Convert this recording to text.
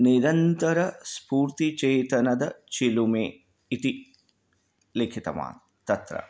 निरन्तरं स्फूर्तिचेतनदचिलुमे इति लिखितवान् तत्र